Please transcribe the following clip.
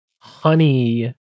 honey